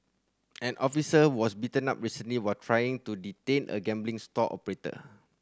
an officer was beaten up recently while trying to detain a gambling stall operator